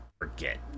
forget